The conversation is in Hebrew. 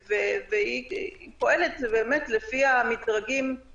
ברגע שהיא מאכנת את הטלפון היא יכולה אחרי שלושה